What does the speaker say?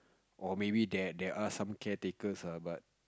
or maybe there there are some care takers ah but